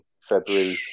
February